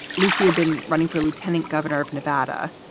lucy had been running for lieutenant governor of nevada.